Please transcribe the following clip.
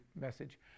message